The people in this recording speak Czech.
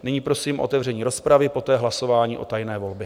Nyní prosím o otevření rozpravy, poté hlasování o tajné volbě.